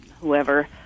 whoever